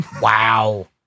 Wow